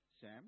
Sam